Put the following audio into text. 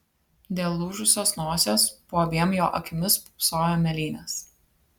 dėl lūžusios nosies po abiem jo akimis pūpsojo mėlynės